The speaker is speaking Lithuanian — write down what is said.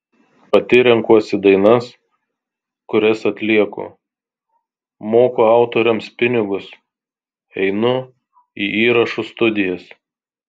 pati renkuosi dainas kurias atlieku moku autoriams pinigus einu į įrašų studijas